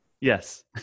Yes